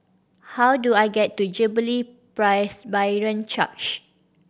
how do I get to Jubilee Presbyterian Church